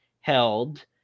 held